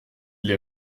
les